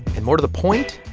and more to the point,